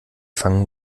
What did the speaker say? fangen